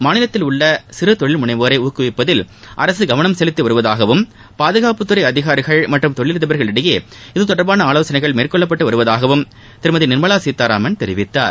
மாநிலத்திலுள்ள சிறு தொழில் முனைவோரை ஊக்குவிப்பதில் அரசு கவனம் செலுத்தி வருவதாகவும் பாதுகாப்புத்துறை அதிகாரிகள் மற்றும் தொழிலதிபர்கள் இடையே இது தொடர்பான ஆலோசனைகள் மேற்கொள்ளப்பட்டு வருவதாகவும் திருமதி நிர்மலா சீதாராமன் தெரிவித்தார்